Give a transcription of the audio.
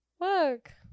Look